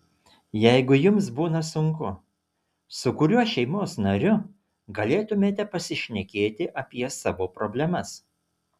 jeigu jums būna sunku su kuriuo šeimos nariu galėtumėte pasišnekėti apie savo problemas